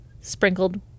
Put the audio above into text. sprinkled